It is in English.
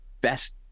best